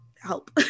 help